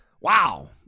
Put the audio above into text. wow